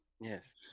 yes